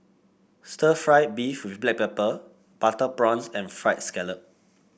Stir Fried Beef with Black Pepper Butter Prawns and fried scallop